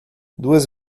duas